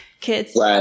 Kids